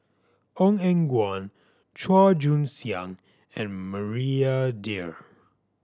Ong Eng Guan Chua Joon Siang and Maria Dyer